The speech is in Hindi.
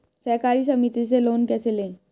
सहकारी समिति से लोन कैसे लें?